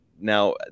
now